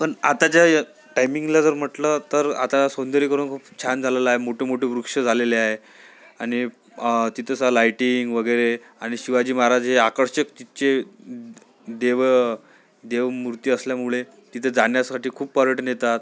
पण आताच्या या टाइमिंगला जर म्हटलं तर आता सौंदर्यीकरण खूप छान झालेलं आहे मोठेमोठे वृक्ष झालेले आहे आणि तिथे सा लाइटिंग वगैरे आणि शिवाजी महाराज आकर्षक चिचे देवं देवमूर्ती असल्यामुळे तिथे जाण्यासाठी खूप पर्यटन येतात